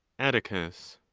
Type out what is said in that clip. atticus.